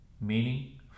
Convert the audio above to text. meaning